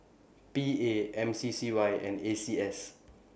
P A M C C Y and A C S